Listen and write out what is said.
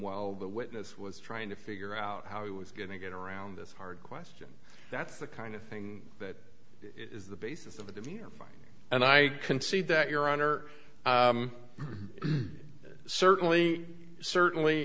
while the witness was trying to figure out how he was going to get around this hard question that's the kind of thing that is the basis of the demeanor and i concede that your honor certainly certainly